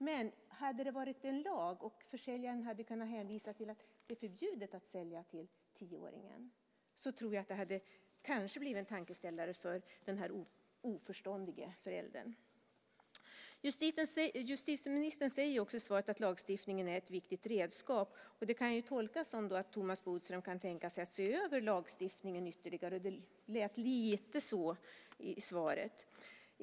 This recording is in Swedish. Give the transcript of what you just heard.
Men hade det funnits en lag och försäljaren hade kunnat hänvisa till att det är förbjudet att sälja till tioåringen, tror jag att det kanske hade gett en tankeställare till den oförståndige föräldern. Justitieministern säger i svaret att lagstiftningen är ett viktigt redskap. Det kan jag tolka som att Thomas Bodström kan tänka sig att se över lagstiftningen. Det lät lite så i svaret.